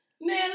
man